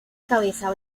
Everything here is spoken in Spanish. cabeza